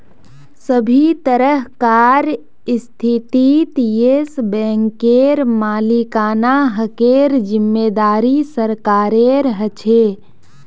सभी तरहकार स्थितित येस बैंकेर मालिकाना हकेर जिम्मेदारी सरकारेर ह छे